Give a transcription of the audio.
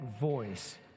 voice